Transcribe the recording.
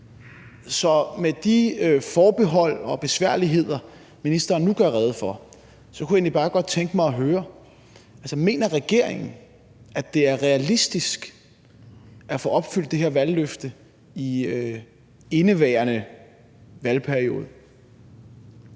Så med de forbehold og besværligheder, ministeren nu gør rede for, kunne jeg egentlig bare godt tænke mig at høre: Mener regeringen, at det er realistisk at få opfyldt det her valgløfte i indeværende valgperiode?